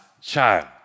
child